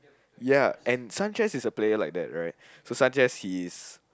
ya and Sanchez a player like that right so Sanchez his